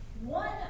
One